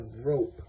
rope